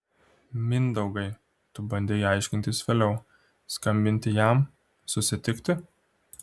mindaugai tu bandei aiškintis vėliau skambinti jam susitikti